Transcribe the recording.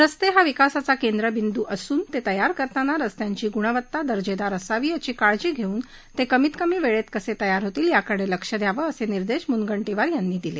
रस्ते हा विकासाचा केंद्र बिंदू असून ते तयार करताना रस्त्यांची गुणवत्ता दर्जेदार असावी याची काळजी घेऊन ते कमीत कमी वेळेत कसे तयार होतील याकडे लक्ष घालावं असे निर्देश मुनगंटीवार यांनी दिले